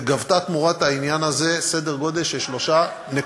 וגבתה תמורת העניין הזה סדר גודל של 3,